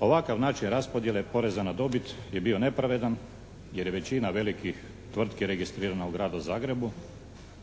Ovakav način raspodjele poreza na dobit je bio nepravedan jer je većina velikih tvrtki registrirana u Gradu Zagrebu,